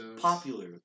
popular